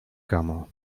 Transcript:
kamo